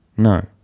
No